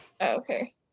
Okay